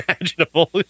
imaginable